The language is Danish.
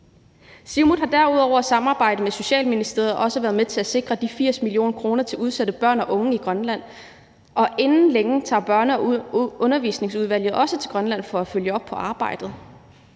Siumut har derudover i et samarbejde med Social- og Ældreministeriet også været med til at sikre 80 mio. kr. til udsatte børn og unge i Grønland, og inden længe tager Børne- og Undervisningsudvalget også til Grønland for at følge op på arbejdet.